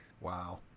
Wow